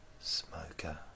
smoker